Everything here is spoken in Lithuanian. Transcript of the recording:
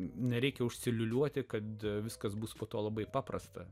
nereikia užsiliūliuoti kad viskas bus po to labai paprasta